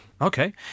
Okay